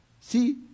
See